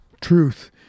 Truth